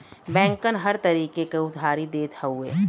बैंकन हर तरीके क उधारी देत हउए